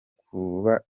kuba